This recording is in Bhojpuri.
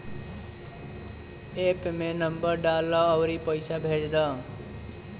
एप्प में नंबर डालअ अउरी पईसा भेज दअ